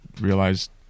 realized